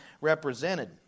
represented